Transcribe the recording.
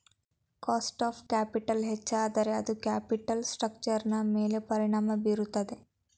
cost of capital ಹೆಚ್ಚಾದರೆ ಅದು capital ಸ್ಟ್ರಕ್ಚರ್ನ ಮೇಲೆ ಪರಿಣಾಮ ಬೀರುತ್ತದೆ